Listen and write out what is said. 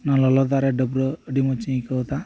ᱚᱱᱟ ᱞᱚᱞᱚ ᱫᱟᱜ ᱨᱮ ᱰᱟᱹᱵᱽᱨᱟᱹᱜ ᱟᱰᱤ ᱢᱚᱸᱡᱽ ᱟᱹᱭᱠᱟᱹᱣ ᱫᱟ